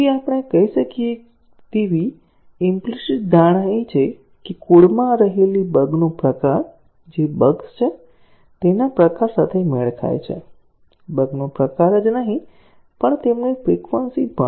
તેથી આપણે કહી શકીએ તેવી ઈમ્પલીસીટ ધારણા એ છે કે કોડમાં રહેલી બગ નો પ્રકાર જે બગ્સ છે તેના પ્રકાર સાથે મેળ ખાય છે બગ નો પ્રકાર જ નહીં પણ તેમની ફ્રિકવન્સી પણ